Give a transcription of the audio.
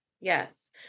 Yes